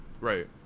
Right